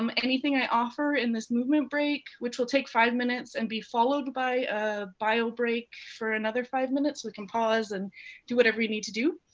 um anything i offer in this movement break, which will take five minutes and be followed by a bio break for another five minutes, we can pause and do whatever you need to do.